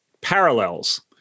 parallels